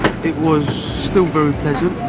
it was still very pleasant.